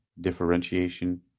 differentiation